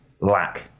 lack